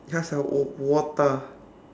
ya sia oo~ ootah